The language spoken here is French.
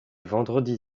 vendredi